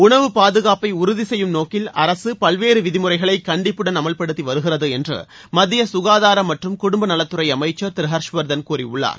உணவு பாதுகாப்பை உறுதி செய்யும் நோக்கில் அரசு பல்வேறு விதிமுறைகளை கண்டிப்புடன் அமல்படுத்தி வருகிறது என்று மத்திய ககாதாரம் மற்றும் குடும்பநலத்துறை அமைச்சர் திரு ஹர்ஷ் வர்தன் கூறியுள்ளார்